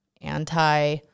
anti